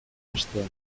hastea